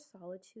solitude